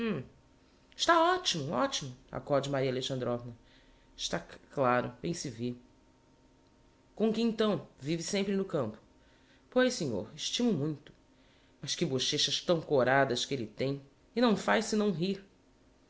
está optimo optimo acode maria alexandrovna está c claro bem se vê com que então vive sempre no campo pois senhor estimo muito mas que bochêchas tão corádas que elle tem e não faz senão rir